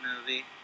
movie